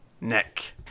Nick